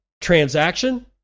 transaction